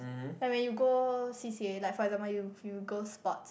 like when you go C_C_A like for example you you go sport